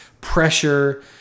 pressure